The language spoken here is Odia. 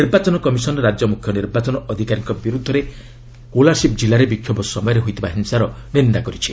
ନିର୍ବାଚନ କମିଶନ୍ ରାଜ୍ୟ ମୁଖ୍ୟ ନିର୍ବାଚନ ଅଧିକାରୀଙ୍କ ବିରୁଦ୍ଧରେ କୋଲାସିବ୍ ଜିଲ୍ଲାରେ ବିକ୍ଷୋଭ ସମୟରେ ହୋଇଥିବା ହିଂସାର ନିନ୍ଦା କରିଛି